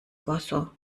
wasser